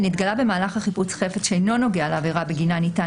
נתגלה במהלך החיפוש חפץ שאינו נוגע לעבירה בגינה ניתן